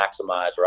maximize